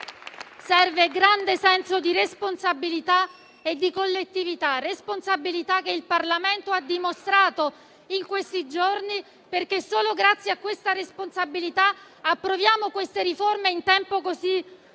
però grande senso di responsabilità e di collettività, responsabilità che il Parlamento ha dimostrato in questi giorni, perché solo grazie a tale responsabilità approviamo queste riforme in tempo così